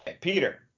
Peter